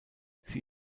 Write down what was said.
sie